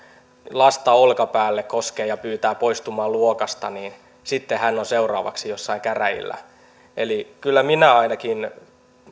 lasta olkapäälle koskee ja pyytää poistumaan luokasta niin sitten hän on seuraavaksi jossain käräjillä eli kyllä minä ainakin